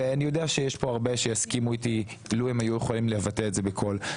אני יודע שיש פה הרבה שיסכימו איתי לו הם היו יכולים לבטא את זה בקול.